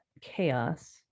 chaos